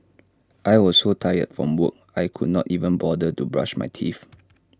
I was so tired from work I could not even bother to brush my teeth